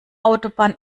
autobahn